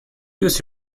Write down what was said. use